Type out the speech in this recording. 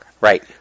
Right